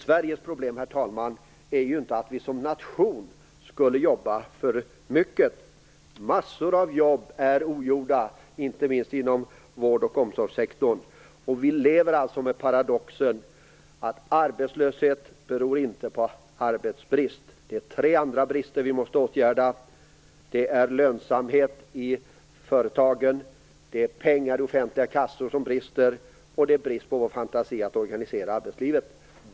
Sverige problem, herr talman, är ju inte att vi som nation jobbar för mycket. Massor av jobb är ogjorda, inte minst inom vård och omsorgssektorn. Vi lever alltså med paradoxen att arbetslöshet inte beror på arbetsbrist. Det är tre andra brister som vi måste åtgärda: Lönsamhet i företagen, brist på pengar i offentliga kassor och vår brist på fantasi när det gäller att organisera arbetslivet.